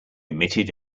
emitted